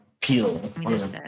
peel